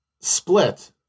split